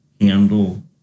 handle